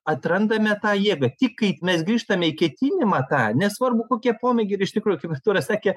atrandame tą jėgą tik kaip mes grįžtame į ketinimą tą nesvarbu kokie pomėgiai ir iš tikrųjų kaip artūras sakė